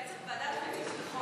אולי צריך ועדת חוץ וביטחון.